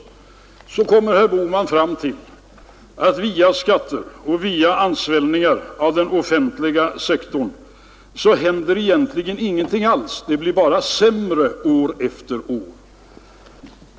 Sedan kommer herr Bohman fram till att på grund av skatter och ansvällning av den offentliga sektorn så händer egentligen ingenting alls. Det blir bara sämre år efter år.